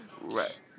Right